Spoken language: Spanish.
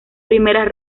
primeras